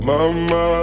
Mama